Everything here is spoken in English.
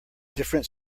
different